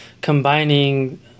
combining